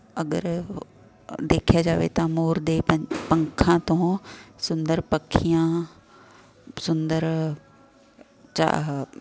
ਅਗਰ ਦੇਖਿਆ ਜਾਵੇ ਤਾਂ ਮੋਰ ਦੇ ਪੰ ਪੰਖਾਂ ਤੋਂ ਸੁੰਦਰ ਪੱਖੀਆਂ ਸੁੰਦਰ ਚਾਹ